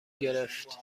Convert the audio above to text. گرفت